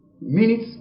minutes